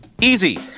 Easy